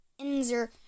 Inzer